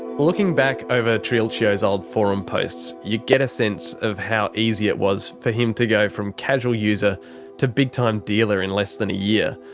looking back over triulcio's old forum posts you get a sense of how easy it was for him to go from casual user to big-time dealer in less than a year.